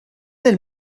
del